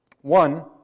One